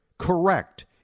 Correct